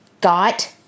got